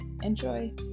Enjoy